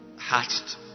hatched